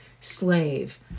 slave